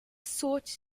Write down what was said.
sought